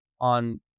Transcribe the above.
on